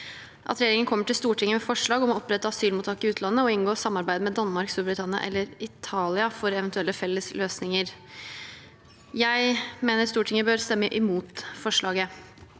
at regjeringen kommer til Stortinget med forslag om å opprette asylmottak i utlandet, og at man inngår samarbeid med Danmark, Storbritannia eller Italia for eventuelle felles løsninger. Jeg mener Stortinget bør stemme imot forslaget.